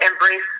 embrace